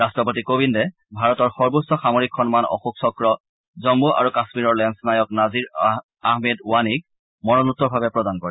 ৰট্টপতি কোবিন্দে ভাৰতৰ সৰ্বোচ্চ সামৰিক সন্মান অশোক চক্ৰ জম্মু আৰু কাশ্মীৰৰ লেলনায়ক নাজিৰ আহমেদ ৱানিক মৰনোত্তৰভাৱে প্ৰাদন কৰে